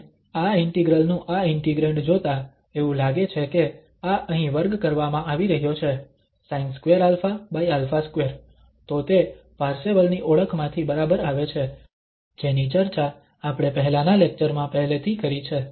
અને આ ઇન્ટિગ્રલ નું આ ઇન્ટિગ્રેંડ જોતાં એવું લાગે છે કે આ અહીં વર્ગ કરવામાં આવી રહ્યો છે sin2αα2 તો તે પાર્સેવલની ઓળખ Parsevals identity માંથી બરાબર આવે છે જેની ચર્ચા આપણે પહેલાના લેક્ચરમાં પહેલેથી કરી છે